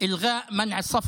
חוק ביטול צו